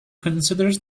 considers